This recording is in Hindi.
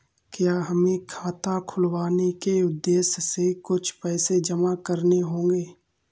क्या हमें खाता खुलवाने के उद्देश्य से कुछ पैसे जमा करने होंगे?